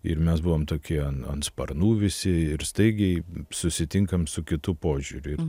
ir mes buvome tokie ant sparnų visi ir staigiai susitinkam su kitu požiūriu